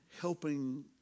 helping